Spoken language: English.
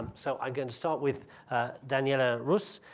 so, i'm going to start with daniela rus.